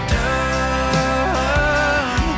done